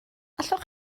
allwch